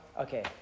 Okay